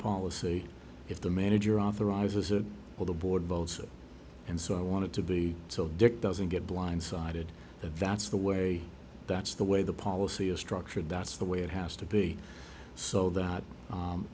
policy if the manager authorizes or all the board votes and so i want to be so dick doesn't get blindsided the vats the way that's the way the policy is structured that's the way it has to be so that